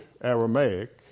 Aramaic